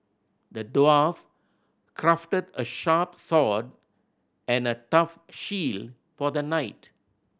the dwarf crafted a sharp sword and a tough shield for the knight